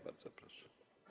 Bardzo proszę.